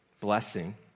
blessing